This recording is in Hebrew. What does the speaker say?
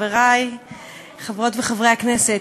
חברי חברות וחברי הכנסת,